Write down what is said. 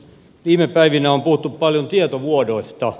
viime päivinä on puhuttu paljon tietovuodoista